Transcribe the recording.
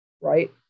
right